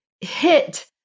hit